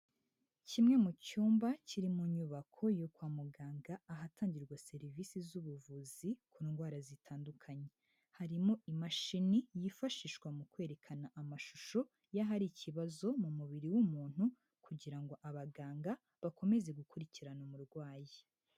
Kimwe mu cyumba kiri mu nyubako yo kwa muganga ahatangirwa serivisi z'ubuvuzi ku ndwara zitandukanye, harimo imashini yifashishwa mu kwerekana amashusho y'ahari ikibazo mu mubiri w'umuntu kugira ngo abaganga bakomeze gukurikirana umurwayi.